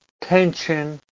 tension